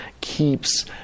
keeps